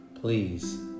please